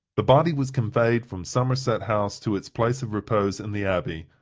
the body was conveyed from somerset house to its place of repose in the abbey,